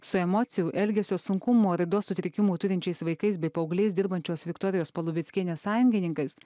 su emocijų elgesio sunkumų raidos sutrikimų turinčiais vaikais bei paaugliais dirbančios viktorijos palubinskienės sąjungininkais